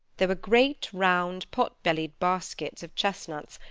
there were great, round, pot-bellied baskets of chestnuts,